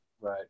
Right